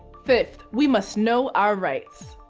fifth, we must know our rights.